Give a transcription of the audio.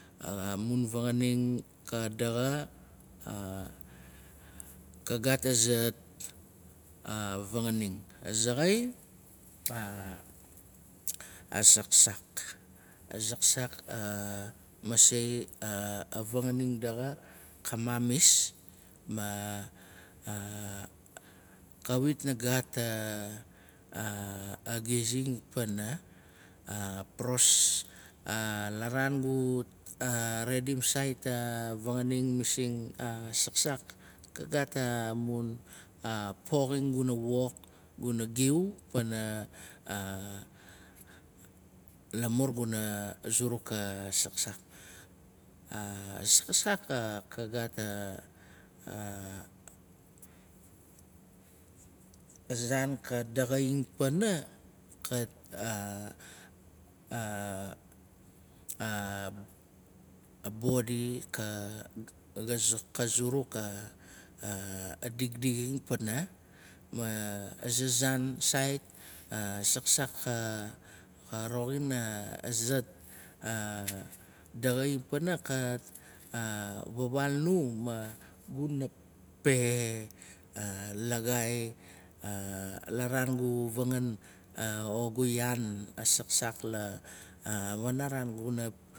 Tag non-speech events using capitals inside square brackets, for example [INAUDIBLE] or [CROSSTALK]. A mun vanganing ka daxa. Ka gaat aza fanganing. Azaxau. a zakzak. A zakzak masei a vanganing daxa. Ka mamis. Kawit na gaat a gizing pana. [UNINTELLIGIBLE] la raan gu redim sait a vanganing masing a saksak. Ka gat amun poxin guna wok o guna giu lamaur guna zuruk a zakzak. A zaksak ka gaat a zaan ka daxaing pana. A- a- a bodi ka zuruk dikdixing pana. Aza saan sait a zaksak ka roxin azat daxaing pana. ka vawaal nu ma guna pe laggau. Laraangu vangan o gu yaan a saksak la panaran guna